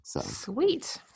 sweet